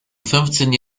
fünfzehnten